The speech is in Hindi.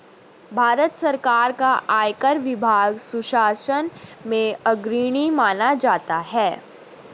भारत सरकार का आयकर विभाग सुशासन में अग्रणी माना जाता है